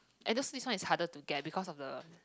and just this one is harder to get because of the